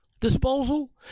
disposal